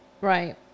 Right